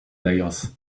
layers